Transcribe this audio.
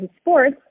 Sports